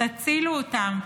תצילו אותם.